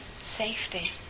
safety